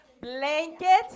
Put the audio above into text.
blanket